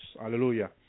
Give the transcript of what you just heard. Hallelujah